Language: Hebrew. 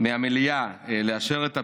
מהמליאה לאשר את הפיצול,